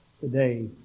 today